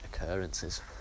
occurrences